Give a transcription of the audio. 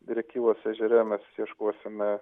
rėkyvos ežere mes ieškosime